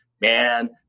man